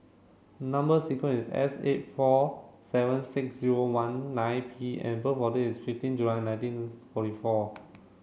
number sequence is S eight four seven six zero one nine P and birth of date is fifteen July nineteen forty four